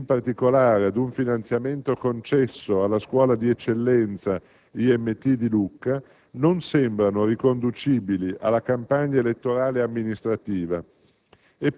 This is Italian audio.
ed in particolare ad un finanziamento concesso alla scuola di eccellenza IMT di Lucca, non sembrano riconducibili alla campagna elettorale amministrativa